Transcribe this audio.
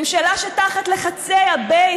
ממשלה שתחת לחצי ה-base,